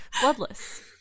Bloodless